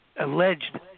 alleged